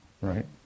Right